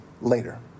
later